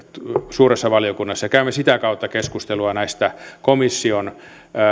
suuressa valiokunnassa ja käymme sitä kautta keskustelua näistä komission